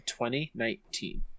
2019